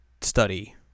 study